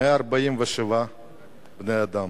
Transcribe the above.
147 בני-אדם.